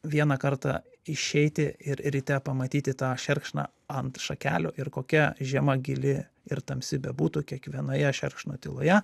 vieną kartą išeiti ir ryte pamatyti tą šerkšną ant šakelių ir kokia žiema gili ir tamsi bebūtų kiekvienoje šerkšno tyloje